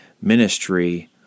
ministry